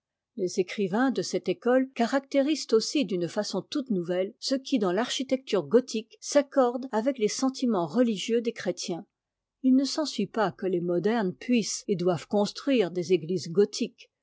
les écrivains de cette école caractérisent aussi d'une façon toute nouvelle ce qui dans l'architecture gothique s'accorde avec les sentiments religieux des chrétiens il ne s'ensuit pas que les modernes puissent et doivent construire des églises gothiques